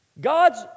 God's